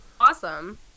awesome